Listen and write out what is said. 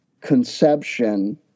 conception